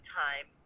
time